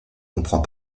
comprend